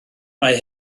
mae